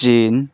China